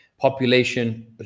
Population